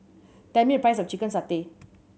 tell me the price of chicken satay